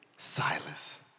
Silas